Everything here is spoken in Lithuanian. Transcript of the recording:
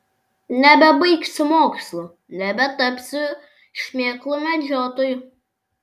nebebaigsiu mokslų nebetapsiu šmėklų medžiotoju